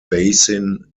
basin